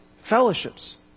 fellowships